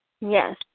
Yes